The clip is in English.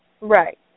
Right